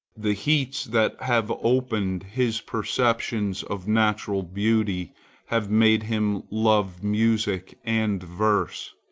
the heats that have opened his perceptions of natural beauty have made him love music and verse.